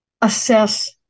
assess